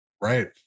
right